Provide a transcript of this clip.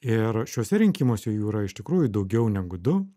ir šiuose rinkimuose jų yra iš tikrųjų daugiau negu du